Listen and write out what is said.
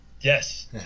Yes